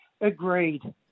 agreed